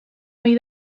ohi